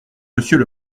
monsieur